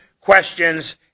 questions